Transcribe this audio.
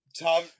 Tom